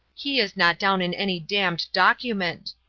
he is not down in any damned document.